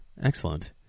excellent